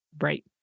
Right